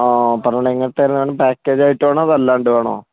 ആ പറഞ്ഞോളു എങ്ങനത്തെ ആയിരുന്നു വേണ്ടത് എന്തേലും പാക്കേജ് ആയിട്ട് വേണോ അത് അല്ലാണ്ട് വേണോ